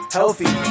healthy